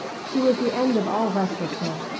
she was the end of all restlessness,